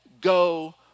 go